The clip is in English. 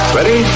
Ready